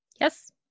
Yes